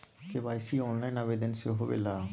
KYC online आवेदन से होवे ला?